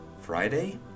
Friday